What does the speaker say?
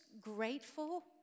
grateful